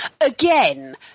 Again